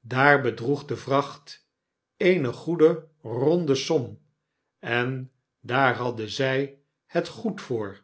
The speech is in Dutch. daar bedroeg de vracht eene goede ronde som en daar hadden zy het goed voor